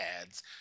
ads